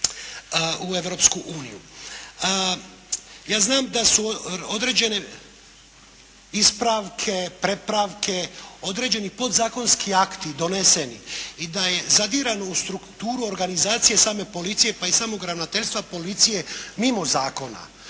u Europsku uniju. Ja znam da su određene ispravke, prepravke, određeni podzakonski akti doneseni i da je zadirano u strukturu organizacije same policije pa i samog ravnateljstva policije mimo zakona.